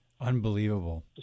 Unbelievable